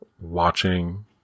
watching